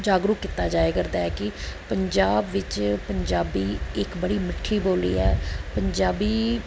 ਜਾਗਰੂਕ ਕੀਤਾ ਜਾਇਆ ਕਰਦਾ ਹੈ ਕਿ ਪੰਜਾਬ ਵਿੱਚ ਪੰਜਾਬੀ ਇੱਕ ਬੜੀ ਮਿੱਠੀ ਬੋਲੀ ਹੈ ਪੰਜਾਬੀ